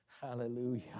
Hallelujah